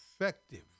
effective